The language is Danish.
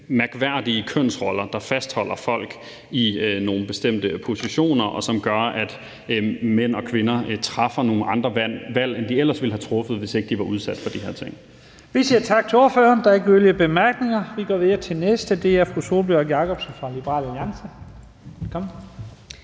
mærkværdige kønsroller, der fastholder folk i nogle bestemte positioner, og som gør, at mænd og kvinder træffer nogle andre valg, end de ellers ville have truffet, hvis de ikke var udsat for de her ting. Kl. 15:52 Første næstformand (Leif Lahn Jensen): Vi siger tak til ordføreren. Der er ikke yderligere korte bemærkninger. Vi går videre til den næste, og det er fru Sólbjørg Jakobsen fra Liberal Alliance.